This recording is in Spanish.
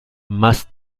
más